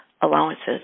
allowances